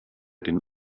den